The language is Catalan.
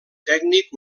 tècnic